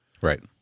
Right